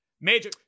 Major